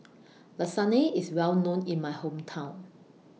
Lasagne IS Well known in My Hometown